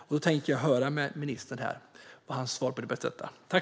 Jag tänkte höra vad ministerns svar på detta är.